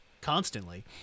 constantly